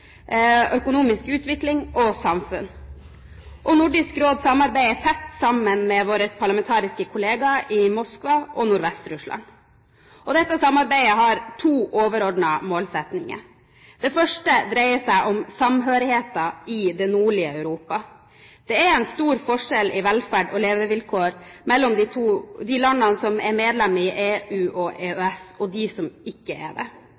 økonomisk utvikling og samfunn. Nordisk Råd samarbeider tett med våre parlamentariske kollegaer i Moskva og i Nordvest-Russland. Dette samarbeidet har to overordnede målsettinger. Den første dreier seg om samhørigheten i det nordlige Europa. Det er stor forskjell i velferd og levevilkår mellom de landene som er med i EU og EØS, og de som ikke er det.